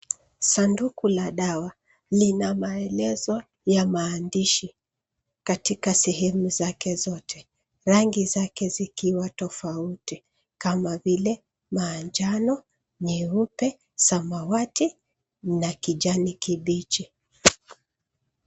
Sanduku la dawa lina maelezo ya maandishi katika sehemu zake zote, rangi zake zikiwa tofauti kama vile manjano, nyeupe, samawati na kijani kibichi.